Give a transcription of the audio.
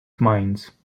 minds